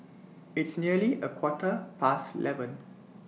It's nearly A Quarter Past eleven